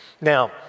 Now